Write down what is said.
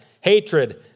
hatred